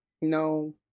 No